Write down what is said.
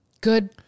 Good